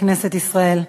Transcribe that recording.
לכנסת ישראל.